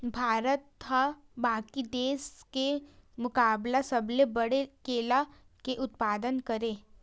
भारत हा बाकि देस के मुकाबला सबले बड़े केला के उत्पादक हरे